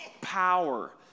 power